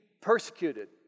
persecuted